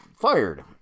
fired